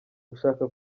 gushaka